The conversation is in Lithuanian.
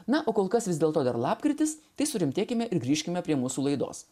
na o kol kas vis dėlto dar lapkritis tai surimtėkime ir grįžkime prie mūsų laidos